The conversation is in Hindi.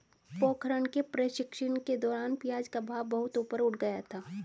पोखरण के प्रशिक्षण के दौरान प्याज का भाव बहुत ऊपर उठ गया था